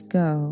go